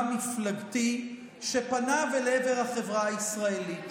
מפלגתי שפניו אל עבר החברה הישראלית,